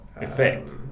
Effect